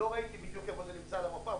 לא ראיתי בדיוק איפה זה נמצא על המפה,